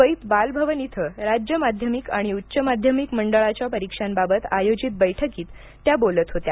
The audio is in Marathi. मुंबईत बालभवन इथं राज्य माध्यमिक आणि उच्च माध्यमिक मंडळाच्या परिक्षांबाबत आयोजित बैठकीत त्या बोलत होत्या